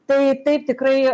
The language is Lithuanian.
taip taip tikrai